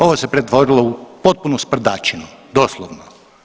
Ovo se pretvorilo u potpunu sprdačinu doslovno.